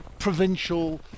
Provincial